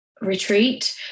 retreat